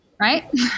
Right